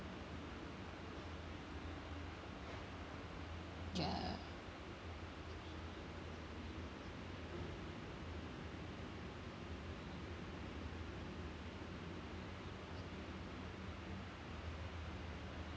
ya